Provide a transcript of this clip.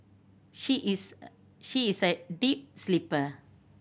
she is a she is a deep sleeper